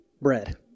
bread